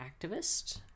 activist